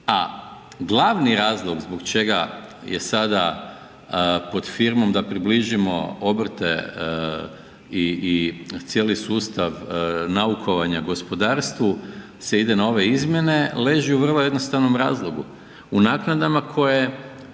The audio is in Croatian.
A glavni razlog zbog čega je sada pod firmom da približimo obrte i cijeli sustav naukovanja gospodarstvu se ide na ove izmjene, leži u vrlo jednostavnom razlogu. U naknadama koje